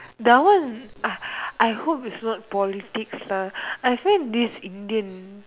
that one ah I hope it's not politics lah I find this Indian